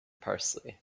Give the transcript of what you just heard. parsley